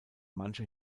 manche